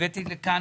הבאתי לכאן